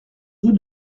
rue